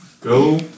Go